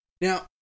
Now